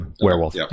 werewolf